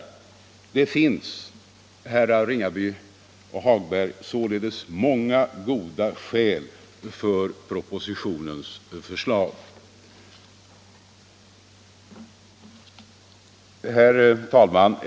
Det finns således, herrar Ringaby och Hagberg, många goda skäl för propositionens förslag. Herr talman!